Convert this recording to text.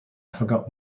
forgot